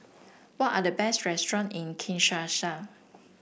what are the best restaurant in Kinshasa